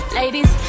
ladies